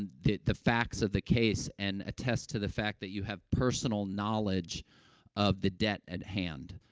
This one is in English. and the the facts of the case and attest to the fact that you have personal knowledge of the debt at hand.